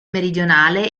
meridionale